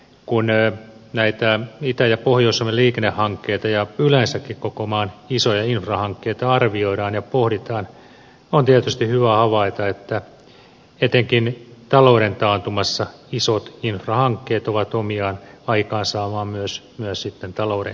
kun näitä itä ja pohjois suomen liikennehankkeita ja yleensäkin koko maan isoja infrahankkeita arvioidaan ja pohditaan on tietysti hyvä havaita että etenkin talouden taantumassa isot infrahankkeet ovat omiaan aikaansaamaan myös talouden kasvua